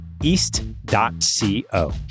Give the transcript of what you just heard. East.co